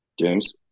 James